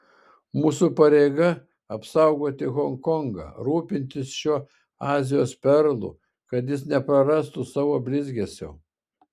mūsų pareiga apsaugoti honkongą rūpintis šiuo azijos perlu kad jis neprarastų savo blizgesio